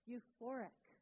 Euphoric